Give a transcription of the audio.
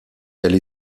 elle